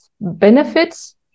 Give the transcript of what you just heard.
benefits